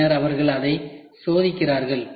பின்னர் அவர்கள் அதை சோதிக்கிறார்கள்